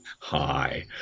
hi